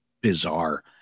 bizarre